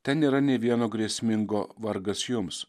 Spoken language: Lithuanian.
ten nėra nei vieno grėsmingo vargas jums